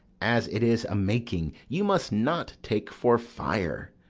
as it is a-making you must not take for fire.